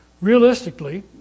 Realistically